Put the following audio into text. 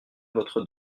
votre